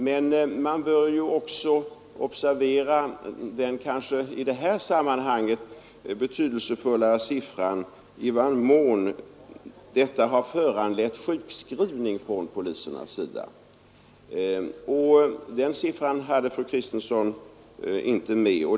Men man bör också observera den kanske i det här sammanhanget betydelse fullare siffran, som visar i vad mån detta har föranlett sjukskrivning från polisernas sida, och den siffran nämnde inte fru Kristensson.